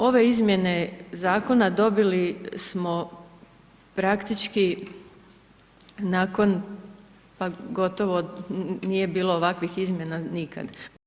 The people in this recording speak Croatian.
Ove izmjene zakona dobili smo praktički nakon pa gotovo nije bilo ovakvih izmjena nikad.